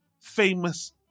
famous